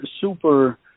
super